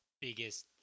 biggest